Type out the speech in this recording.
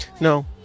No